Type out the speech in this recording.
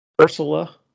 Ursula